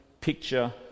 picture